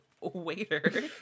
waiter